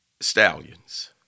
Stallions